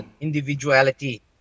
individuality